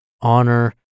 honor